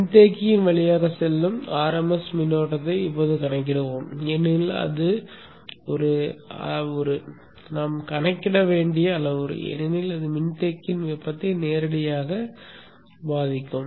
மின்தேக்கத்தின் வழியாக செல்லும் RMS மின்னோட்டத்தை இப்போது கணக்கிடுவோம் ஏனெனில் அது ஒரு அளவுரு நாம் கணக்கிட வேண்டிய அளவுரு ஏனெனில் அது மின்தேக்கியின் வெப்பத்தை நேரடியாக பாதிக்கும்